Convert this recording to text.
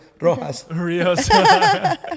rojas